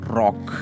rock